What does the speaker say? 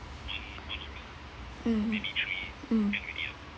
mm mm